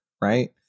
Right